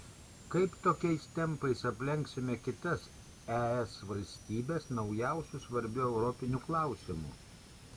kaip tokiais tempais aplenksime kitas es valstybes naujausiu svarbiu europiniu klausimu